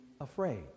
afraid